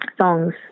songs